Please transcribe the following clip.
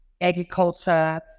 agriculture